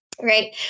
right